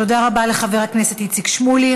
תודה לחבר הכנסת איציק שמולי.